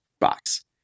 box